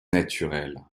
naturelle